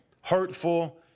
hurtful